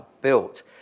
built